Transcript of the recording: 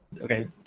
Okay